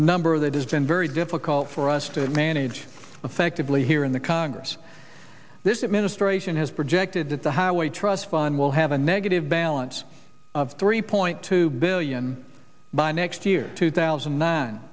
a number that has been very difficult for us to manage effectively here in the congress this administration has projected that the highway trust fund will have a negative balance of three point two billion by next year two thousand